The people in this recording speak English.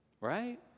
Right